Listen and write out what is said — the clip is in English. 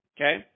Okay